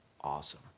awesome